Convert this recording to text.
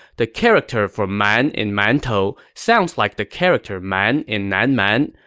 the character for man in man tou sounds like the character man in nan man,